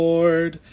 Lord